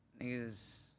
niggas